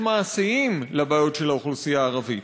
מעשיים לבעיות של האוכלוסייה הערבית?